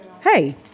Hey